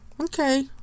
Okay